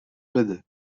بده